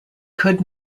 could